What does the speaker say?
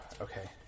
okay